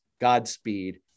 Godspeed